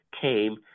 came